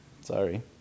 Sorry